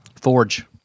Forge